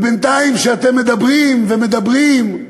ובינתיים, כשאתם מדברים ומדברים,